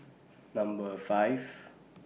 Number five